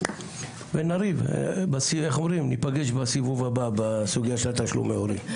וניפגש בסיבוב הבא בסוגייה של תשלומי הורים.